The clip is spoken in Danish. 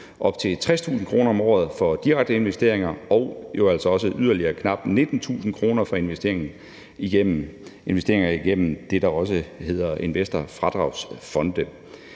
op til 60.000 kr. om året for direkte investeringer og jo altså også yderligere knap 19.000 kr. for investeringer gennem det, der også hedder investorfradragsfonde.